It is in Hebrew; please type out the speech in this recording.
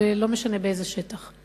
ולא משנה באיזה שטח.